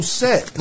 set